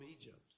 Egypt